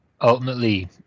ultimately